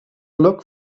look